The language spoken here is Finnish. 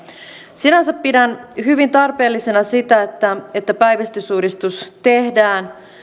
sinänsä pidän hyvin tarpeellisena sitä että että päivystysuudistus tehdään